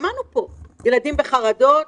שמענו פה, ילדים בחרדות,